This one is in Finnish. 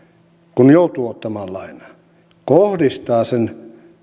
kun joutuu ottamaan lainaa kohdistaa sen